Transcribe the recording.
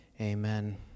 amen